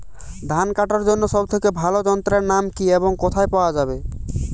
ধান কাটার জন্য সব থেকে ভালো যন্ত্রের নাম কি এবং কোথায় পাওয়া যাবে?